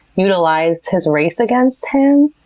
utilized his race against him.